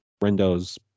Rendo's